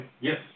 Yes